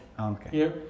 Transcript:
okay